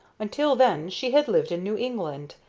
until then she had lived in new england,